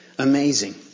Amazing